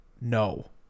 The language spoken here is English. No